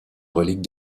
reliques